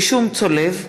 (רישום צולב),